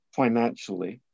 financially